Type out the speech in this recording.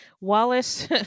Wallace